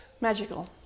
magical